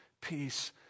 peace